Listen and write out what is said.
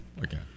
Okay